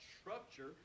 structure